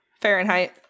Fahrenheit